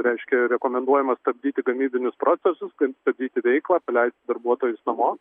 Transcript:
reiškia rekomenduojama stabdyti gamybinius procesus kaip stabdyti veiklą paleisti darbuotojus namo